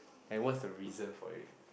and what's the reason for it